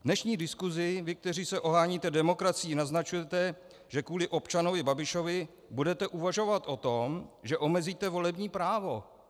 Dnešní diskusí vy, kteří se oháníte demokracií, naznačujete, že kvůli občanovi Babišovi budete uvažovat o tom, že omezíte volební právo.